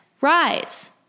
rise